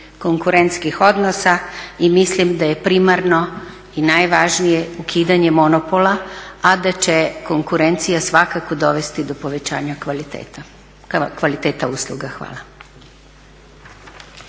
konkurentskih odnosa i mislim da je primarno i najvažnije ukidanje monopola a da će konkurencija svakako dovesti do povećanja kvaliteta usluga. Hvala.